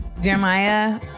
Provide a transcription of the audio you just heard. Jeremiah